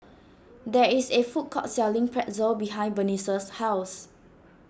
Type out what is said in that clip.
there is a food court selling Pretzel behind Bernice's house